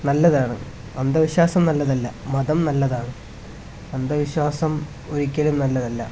നല്ലതാണ് അന്ധവിശ്വാസം നല്ലതല്ല മതം നല്ലതാണ് അന്ധവിശ്വാസം ഒരിക്കലും നല്ലതല്ല